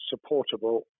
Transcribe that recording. supportable